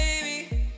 baby